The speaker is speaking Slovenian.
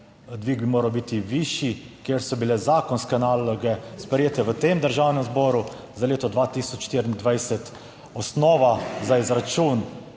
dvig bi moral biti višji, ker so bile zakonske naloge sprejete v tem Državnem zboru za leto 2024 osnova za izračun